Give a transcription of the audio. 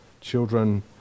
children